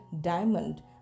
diamond